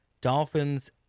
Dolphins